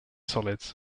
solids